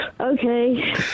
Okay